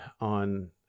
on